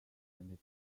and